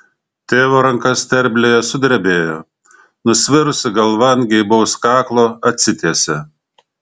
tėvo ranka sterblėje sudrebėjo nusvirusi galva ant geibaus kaklo atsitiesė